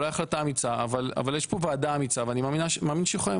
אולי החלטה אמיצה אזל יש פה ועדה אמיצה ואני מאמין שהם